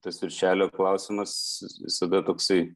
tas viršelio klausimas visada toksai